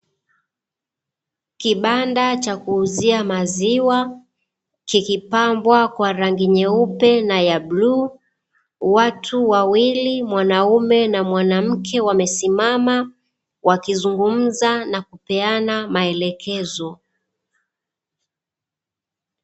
Kibanda cha kuuzia maziwa, kikipambwa kwa rangi nyeupe na ya bluu, watu wawili mwanaume na mwanamke wamesimama, wakizungumza na kupeana maelekezo.